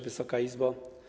Wysoka Izbo!